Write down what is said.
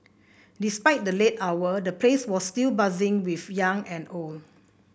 despite the late hour the place was still buzzing with young and old